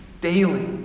daily